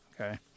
Okay